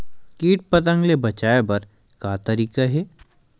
कीट पंतगा ले बचाय बर का तरीका हे?